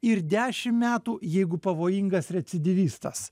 ir dešimt metų jeigu pavojingas recidyvistas